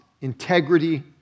Integrity